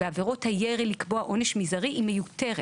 בעבירות הירי לקבוע עונש מזערי היא מיותרת.